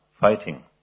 fighting